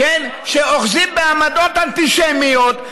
שאוחזים בעמדות אנטישמיות,